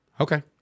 Okay